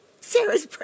Sarah's